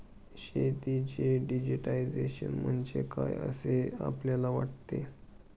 शेतीचे डिजिटायझेशन म्हणजे काय असे आपल्याला वाटते?